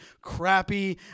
crappy